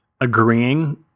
agreeing